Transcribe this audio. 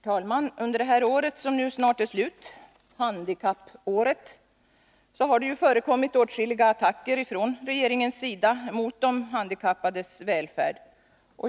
Herr talman! Under det år som snart är slut, handikappåret, har det förekommit åtskilliga attacker från regeringen mot de handikappades välfärd.